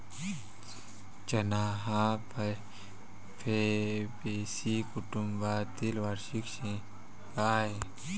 चणा हा फैबेसी कुटुंबातील वार्षिक शेंगा आहे